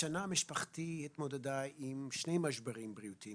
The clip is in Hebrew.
השנה משפחתי התמודדה עם שני משברים בריאותיים,